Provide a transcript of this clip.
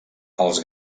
els